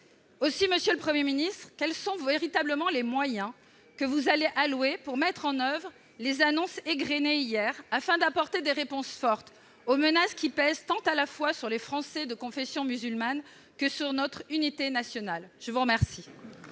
Aussi, monsieur le Premier ministre, quels sont véritablement les moyens que vous allouerez à la mise en oeuvre des annonces égrenées hier, afin d'apporter des réponses fortes aux menaces qui pèsent tant sur les Français de confession musulmane que sur notre unité nationale ? La parole